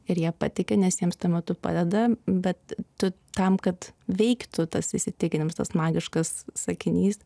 ir jie patiki nes jiems tuo metu padeda bet tu tam kad veiktų tas įsitikinimas tas magiškas sakinys